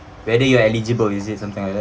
whether you are eligible is it something like that